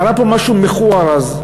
קרה פה משהו מכוער אז,